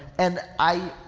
and, i,